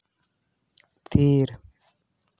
ᱛᱷᱤᱨ